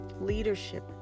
leadership